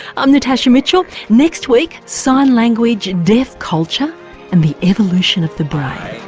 i'm natasha mitchell. next week, sign language, deaf culture and the evolution of the brain